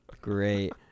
Great